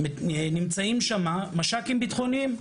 נמצאים שם מש"קים ביטחוניים,